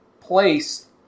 place